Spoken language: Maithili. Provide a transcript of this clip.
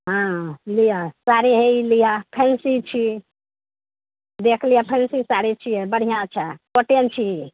हाँ लिअ साड़ी हे ई लिअ फैंसी छी देख लिअ फैंसी साड़ी छियै बढ़िआँ छै कॉटेन छी